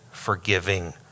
forgiving